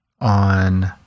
on